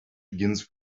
begins